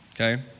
Okay